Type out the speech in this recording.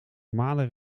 normale